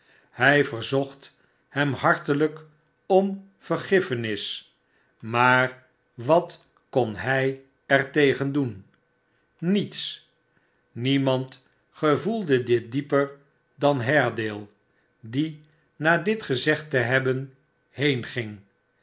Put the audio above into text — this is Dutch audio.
hij verzocht hem hartelijk om vergiffenis maar wat kon hij er tegen doen niets niemand gevoelde dit dieper dan haredale die na dit gezegd te hebben